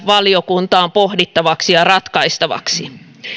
valiokuntaan pohdittavaksi ja ratkaistavaksi